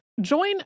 Join